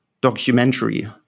documentary